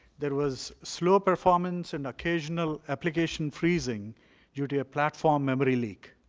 there was slow performance and occasional application freezing due to a platform memory leak.